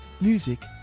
music